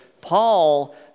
Paul